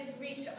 reach